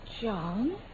John